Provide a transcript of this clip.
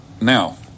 Now